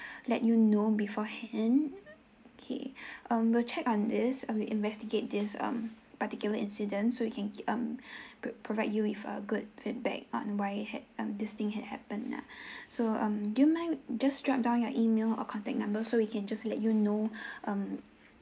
let you know beforehand okay um will check on this uh we'll investigate this um particular incidents so we can um pro~ provide you with a good feedback on why it hap~ um this thing had happened lah so um do you mind just drop down your email or contact number so we can just let you know um